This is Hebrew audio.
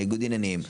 על ניגוד עניינים,